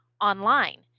online